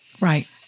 Right